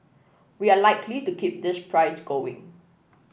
we are likely to keep this price going